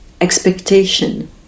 Expectation